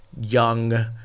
young